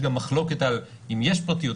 יש גם מחלוקת אם יש פרטיות,